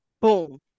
Boom